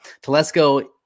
Telesco